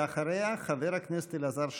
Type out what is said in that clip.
ואחריה, חבר הכנסת אלעזר שטרן.